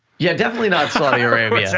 yeah, definitely not saudi arabia. yeah